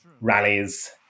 rallies